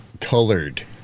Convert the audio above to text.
colored